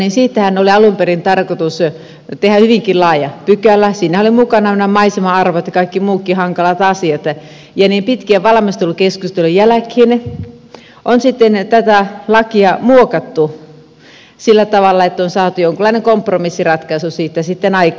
näistä luontoarvoistahan oli alun perin tarkoitus tehdä hyvinkin laaja pykälä siinähän olivat mukana nämä maisema arvot ja kaikki muutkin hankalat asiat ja niiden pitkien valmistelukeskustelujen jälkeen on sitten tätä lakia muokattu sillä tavalla että on saatu jonkunlainen kompromissiratkaisu siitä sitten aikaiseksi